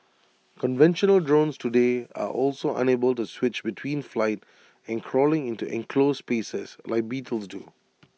conventional drones today are also unable to switch between flight and crawling into enclosed spaces like beetles do